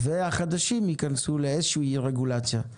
והחדשים ייכנסו לאיזו רגולציה,